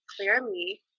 clearly